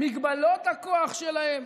מגבלות הכוח שלהם,